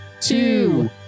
two